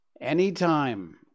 Anytime